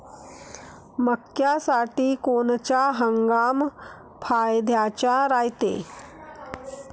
मक्क्यासाठी कोनचा हंगाम फायद्याचा रायते?